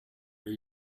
are